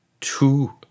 two